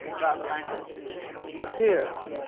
about the language appears.